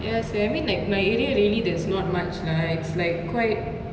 ya sia I mean like my area really there's not much lah it's like quite